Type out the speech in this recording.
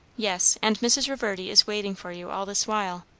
yes. and mrs. reverdy is waiting for you all this while.